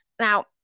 Now